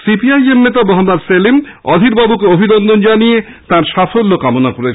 CP I M নেতা মহম্মদ সেলিম অধীরবাবুকে অভিনন্দন জানিয়ে তাঁর সাফল্য কামনা করেছেন